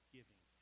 Giving